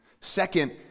Second